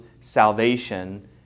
salvation